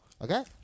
Okay